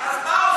אז מה עושים?